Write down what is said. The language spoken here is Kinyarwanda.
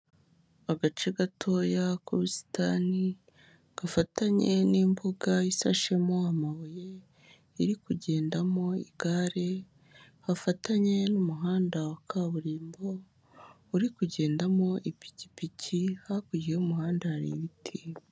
Agace gatoya k'ubusitani gafatanye n'imbuga isashemo amabuye, iri kugendamo igare hafatanye n'umuhanda wa kaburimbo uri kugendamo ipikipiki, hakurya y'umuhanda hari ibiti.